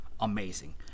amazing